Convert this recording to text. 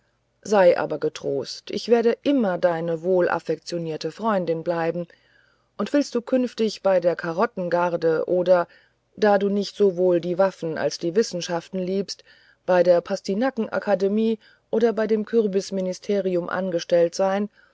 sei aber getrost ich werde immer deine wohlaffektionierte freundin bleiben und willst du künftig bei der karottengarde oder da du nicht sowohl die waffen als die wissenschaften liebst bei der pastinakakademie oder bei dem kürbisministerium angestellt sein